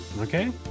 okay